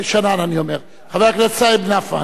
שנאן, חבר הכנסת סעיד נפאע,